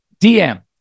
DM